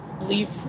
leave